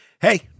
Hey